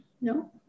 no